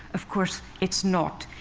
of course, it's not.